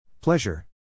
Pleasure